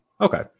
Okay